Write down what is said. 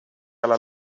alla